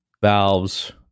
Valve's